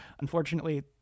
unfortunately